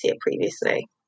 previously